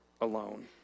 alone